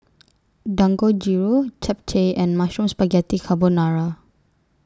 Dangojiru Japchae and Mushroom Spaghetti Carbonara